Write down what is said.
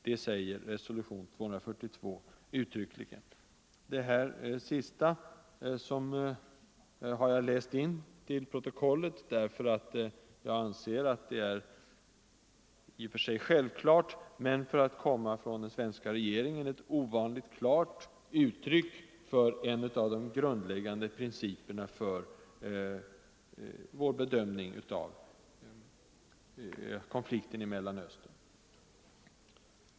Det säger resolution 242 uttryckligen.” De sista två meningarna har jag läst in till protokollet därför att jag anser att de är ett i och för sig självklart men samtidigt — för att komma från den svenska regeringen — ovanligt klart uttryck för en av de grundläggande principerna för vår bedömning av konflikten i Mellanöstern.